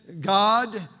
God